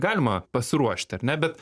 galima pasiruošti ar ne bet